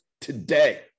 today